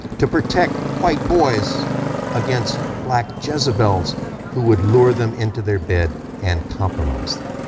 to protect white boys against black jezebels who would lure them into their bed and compromise them,